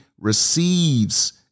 receives